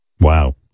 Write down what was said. Wow